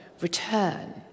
return